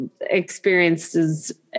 experiences